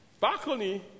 Balcony